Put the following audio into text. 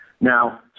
Now